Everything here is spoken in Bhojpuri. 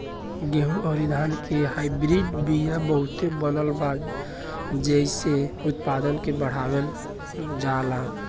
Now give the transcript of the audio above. गेंहू अउरी धान के हाईब्रिड बिया बहुते बनल बा जेइसे उत्पादन के बढ़ावल जाता